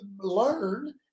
Learn